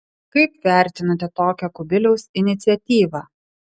kaip vertinate tokią kubiliaus iniciatyvą